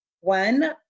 one